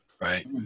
right